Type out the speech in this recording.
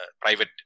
private